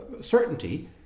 certainty